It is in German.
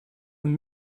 und